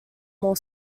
more